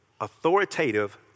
authoritative